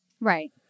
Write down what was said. Right